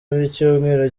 w’icyumweru